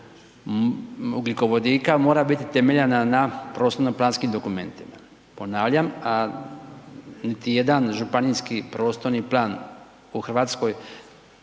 ugljikovodika mora biti temeljena na prostorno planskim dokumentima, ponavljam, a niti jedan županijski prostorni plan u Hrvatskoj